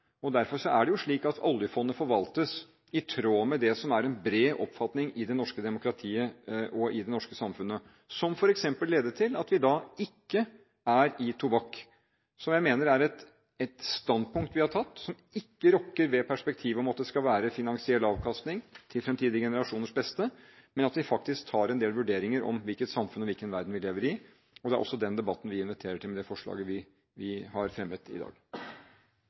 som er en bred oppfatning i det norske demokratiet og i det norske samfunnet, som f.eks. ledet til at vi ikke er i tobakk, som jeg mener er et standpunkt vi har tatt som ikke rokker ved perspektivet om at det skal være finansiell avkastning til fremtidige generasjoners beste, men at vi faktisk tar en del vurderinger av hvilket samfunn og hvilken verden vi lever i. Det er også den debatten vi inviterer til med det forslaget vi har fremmet i dag.